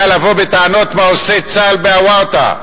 היה לבוא בטענות מה עושה צה"ל בעוורתא.